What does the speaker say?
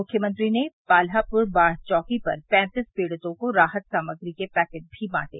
मुख्यमंत्री ने पाल्हाप्र बाढ़ चौकी पर पैंतीस पीड़ितों को राहत सामग्री के पैकेट भी बांटे